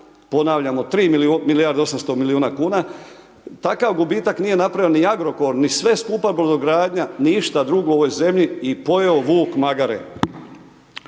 ponavljamo 3 milijarde 800 milijuna kuna. Takav gubitak nije napravio ni Agrokor, ni sve skupa brodogradnja, ništa drugo u ovoj zemlji i pojeo vuk magare.